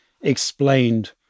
explained